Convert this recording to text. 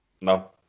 No